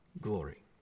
glory